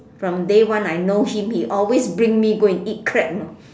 from day one I know him he always go and bring me go and eat crab know